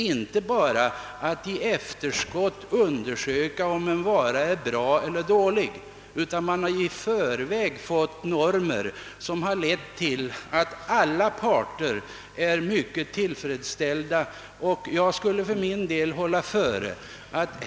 Man bedömer inte bara i efterskott om en vara är bra eller dålig, och de normer som skapas har lett till att alla parter är mycket tillfredsställda.